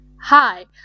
Hi